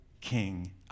king